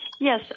Yes